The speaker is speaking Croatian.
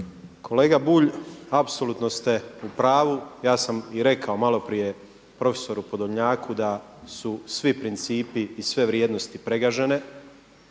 Kolega Bulj apsolutno ste u pravu, ja sam i rekao malo prije prof. Podolnjaku da su svi principi i sve vrijednosti pregažene,